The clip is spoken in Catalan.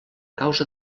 causa